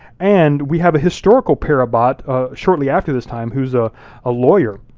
and we have a historical per abbat ah shortly after this time, who's ah a lawyer.